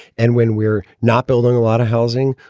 and when we're not building a lot of housing,